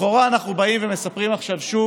לכאורה, אנחנו באים ומספרים שוב